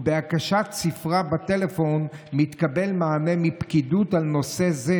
ובהקשת ספרה בטלפון מתקבל מענה מפקידות על נושא זה,